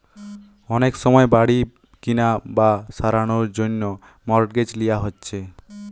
অনেক সময় বাড়ি কিনা বা সারানার জন্যে মর্টগেজ লিয়া হচ্ছে